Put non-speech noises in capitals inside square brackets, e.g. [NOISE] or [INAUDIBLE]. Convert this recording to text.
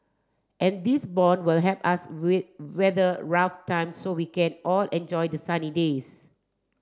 and these bond will help us [UNINTELLIGIBLE] weather rough times so we can all enjoy the sunny days